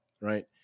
Right